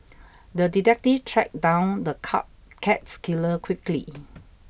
the detective tracked down the card cat killer quickly